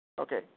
Okay